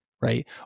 Right